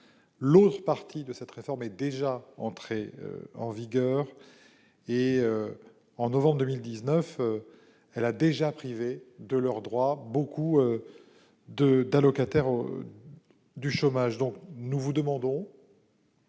l'autre partie de cette réforme est déjà entrée en vigueur en novembre 2019, ce qui a déjà privé de leurs droits beaucoup d'allocataires. C'est pourquoi nous vous demandons,